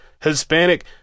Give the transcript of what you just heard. Hispanic